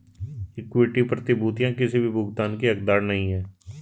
equity प्रतिभूतियां किसी भी भुगतान की हकदार नहीं हैं